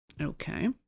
Okay